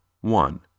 one